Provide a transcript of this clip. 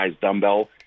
dumbbell